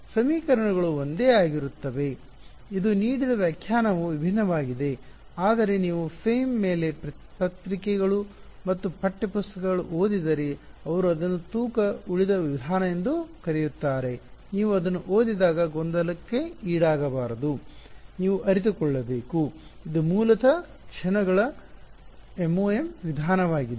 ಸಮೀಕರಣಗಳು ಒಂದೇ ಆಗಿರುತ್ತವೆ ಇದು ನೀಡಿದ ವ್ಯಾಖ್ಯಾನವು ವಿಭಿನ್ನವಾಗಿದೆ ಆದರೆ ನೀವು ಫೆಮ್ ಮೇಲೆ ಪತ್ರಿಕೆಗಳು ಮತ್ತು ಪಠ್ಯ ಪುಸ್ತಕಗಳನ್ನು ಓದಿದರೆ ಅವರು ಅದನ್ನು ತೂಕದ ಉಳಿದ ವಿಧಾನ ಎಂದು ಕರೆಯುತ್ತಾರೆ ನೀವು ಅದನ್ನು ಓದಿದಾಗ ಗೊಂದಲಕ್ಕೀಡಾಗಬಾರದು ನೀವು ಅರಿತುಕೊಳ್ಳಬೇಕು ಇದು ಮೂಲತಃ ಕ್ಷಣಗಳ MOM ವಿಧಾನವಾಗಿದೆ